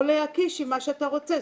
או להקיש מה אתה רוצה.